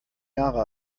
jahre